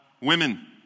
women